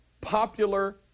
popular